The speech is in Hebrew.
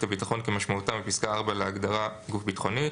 הביטחון כמשמעותם בפסקה (4) להדגרה "גוף ביטחוני"",